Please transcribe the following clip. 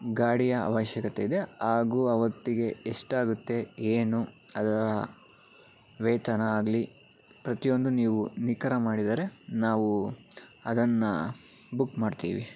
ಗಾಡಿಯ ಅವಶ್ಯಕತೆಯಿದೆ ಹಾಗೂ ಅವತ್ತಿಗೆ ಎಷ್ಟಾಗುತ್ತೆ ಏನು ಅದರ ವೇತನ ಆಗಲಿ ಪ್ರತಿ ಒಂದು ನೀವು ನಿಖರ ಮಾಡಿದರೆ ನಾವೂ ಅದನ್ನು ಬುಕ್ ಮಾಡ್ತೀವಿ